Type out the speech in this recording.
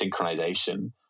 synchronization